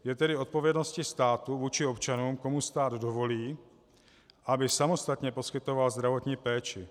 Je tedy odpovědností státu vůči občanům, komu stát dovolí, aby samostatně poskytoval zdravotní péči.